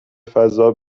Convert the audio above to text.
فضا